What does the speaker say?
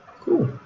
Cool